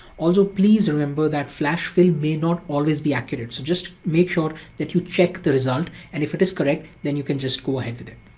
also, please remember that flash fill may not always be accurate, so just make sure that you check the result and if it is correct, then you can just go ahead with it.